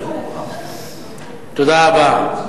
תודה רבה.